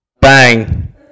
Bang